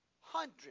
hundreds